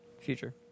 Future